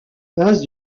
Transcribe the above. base